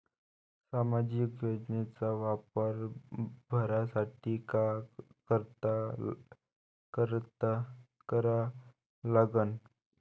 सामाजिक योजनेचा फारम भरासाठी का करा लागन?